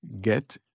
get